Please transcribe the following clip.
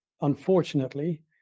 unfortunately